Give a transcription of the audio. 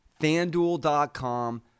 FanDuel.com